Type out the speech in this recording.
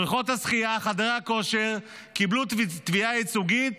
בריכות השחייה וחדרי הכושר קיבלו תביעה ייצוגית